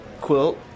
Quilt